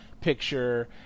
picture